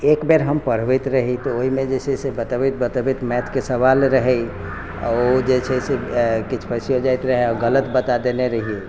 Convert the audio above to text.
एकबेर हम पढ़बैत रही तऽ ओहिमे जे छै से बतबैत बतबैत मैथके सवाल रहै आ ओ जे छै से किछु फसियो जाइत रहै गलत बता देने रहियै